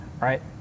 right